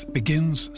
begins